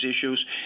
issues